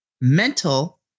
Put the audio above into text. Mental